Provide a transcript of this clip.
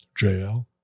JL